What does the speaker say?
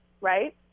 right